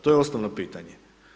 To je osnovno pitanje.